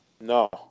No